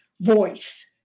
voice